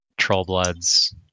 Trollbloods